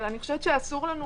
אבל אסור לנו